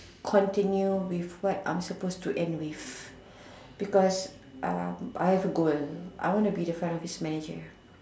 continue with what I'm supposed to end with because uh I have a goal I want to be the front office manager